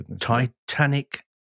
Titanic